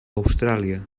austràlia